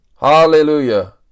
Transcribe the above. Hallelujah